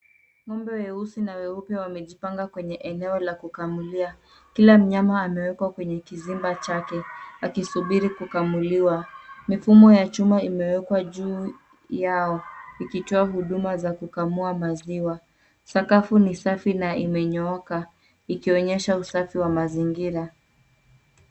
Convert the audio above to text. Ng'ombe weusi na weupe wamejipanga kwenye eneo la kukamulia. Kila mnyama amewekwa kwenye kizimba chake, akisubiri kukamuliwa. Mifumo ya chuma imewekwa juu yao, ikitoa huduma za kukamua maziwa. Sakafu ni safi na imenyooka, ikionyesha usafi wa mazingira.